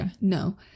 No